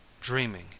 dreaming